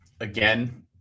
again